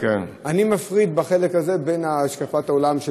אני מפריד בחלק הזה בין השקפת העולם של